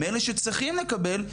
מאלה שצריכים לקבל,